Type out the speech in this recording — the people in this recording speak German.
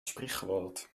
sprichwort